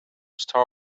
star